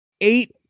Eight